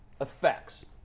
effects